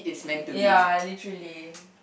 ya literally